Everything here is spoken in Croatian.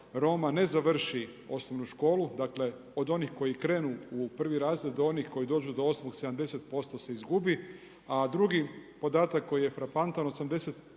Roma, ne završi osnovnu školu. Dakle, od onih koji krenu u 1 razred, do onih koji dođu do 8, 70% se izgubi, a drugi podatak koji je frapantan, 85%